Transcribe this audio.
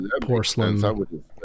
porcelain